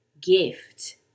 gift